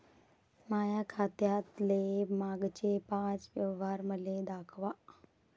माया खात्यातले मागचे पाच व्यवहार मले दाखवा